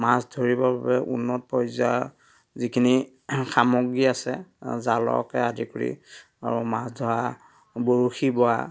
মাছ ধৰিবৰ বাবে উন্নত পৰ্যায়ৰ যিখিনি সামগ্ৰী আছে জালকে আদি কৰি আৰু মাছ ধৰা বৰশী বোৱা